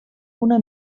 una